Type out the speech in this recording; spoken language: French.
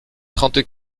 trente